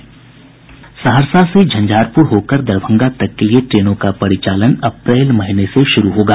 सहरसा से झंझारपुर होकर दरभंगा तक के लिए ट्रेनों का परिचालन अप्रैल महीने से शुरू होगा